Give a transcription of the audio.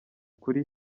kuri